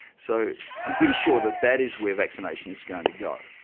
so i'm pretty sure that that is where vaccination is going to go,